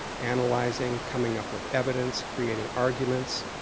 analyzing, coming up with evidence, creating arguments,